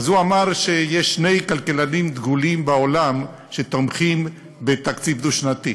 הוא אמר שיש שני כלכלנים דגולים בעולם שתומכים בתקציב דו-שנתי,